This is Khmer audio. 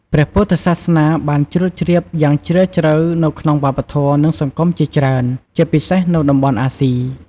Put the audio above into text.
ព្រះពុទ្ធសាសនាបានជ្រួតជ្រាបយ៉ាងជ្រាលជ្រៅនៅក្នុងវប្បធម៌ និងសង្គមជាច្រើន ជាពិសេសនៅតំបន់អាស៊ី។